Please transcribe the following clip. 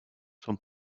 son